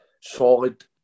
solid